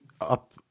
up